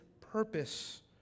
purpose